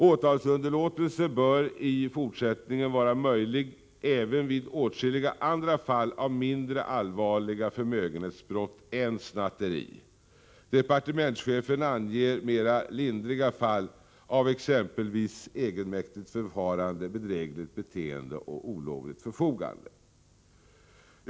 Åtalsunderlåtelse bör i fortsättningen vara möjlig även vid åtskilliga andra fall av mindre allvarliga förmögenhetsbrott än snatteri. Departementschefen anger mera lindriga fall av exempelvis egenmäktigt förfarande, bedrägligt beteende och olovligt förfogande.